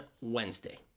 Wednesday